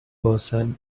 person